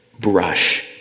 brush